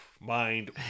mind